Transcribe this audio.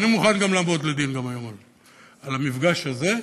ואני מוכן גם לעמוד לדין על המפגש הזה,